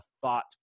thought